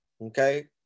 okay